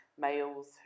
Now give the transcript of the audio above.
males